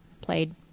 Played